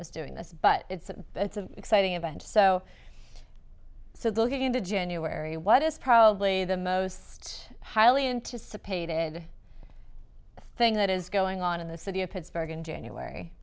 was doing this but it's an exciting event so so they'll get into january what is probably the most highly anticipated thing that is going on in the city of pittsburgh and january